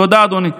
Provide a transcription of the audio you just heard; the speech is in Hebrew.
תודה, אדוני.